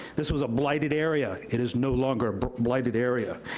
this was a blighted area, it is no longer but blighted area.